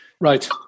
right